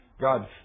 God